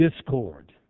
discord